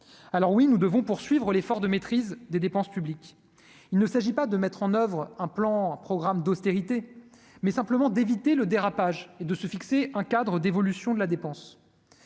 alors oui nous devons poursuivre l'effort de maîtrise des dépenses publiques, il ne s'agit pas de mettre en oeuvre un plan programme d'austérité, mais simplement d'éviter le dérapage et de se fixer un cadre d'évolution de la dépense,